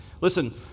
Listen